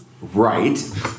right